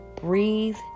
breathe